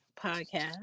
podcast